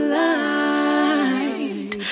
light